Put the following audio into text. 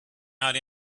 out